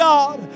God